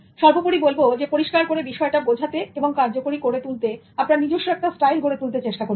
সর্বোপরি বলবো পরিষ্কার করে বিষয়টা বোঝাতে এবং কার্যকরী করে তুলতে আপনার নিজস্ব একটা স্টাইল গড়ে তুলতে চেষ্টা করুন